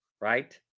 right